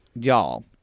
y'all